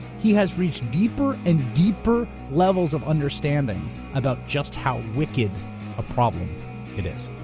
he has reached deeper and deeper levels of understanding about just how wicked a problem it is.